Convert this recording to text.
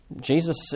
Jesus